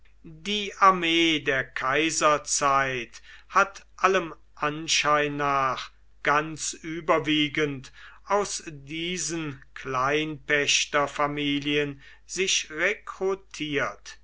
die armee der kaiserzeit hat allem anschein nach ganz überwiegend aus diesen kleinpächterfamilien sich rekrutiert